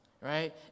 Right